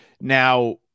Now